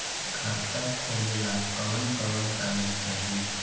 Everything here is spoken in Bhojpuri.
खाता खोलेला कवन कवन कागज चाहीं?